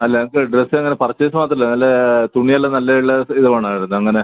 അല്ല അനക്ക് ഡ്രസ്സ് ഇങ്ങനെ പർച്ചേസ് മാത്രം അല്ല നല്ല തുണിയെല്ലം നല്ലയുള്ള ഇത് വേണമായിരുന്നു അങ്ങനെ